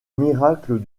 miracle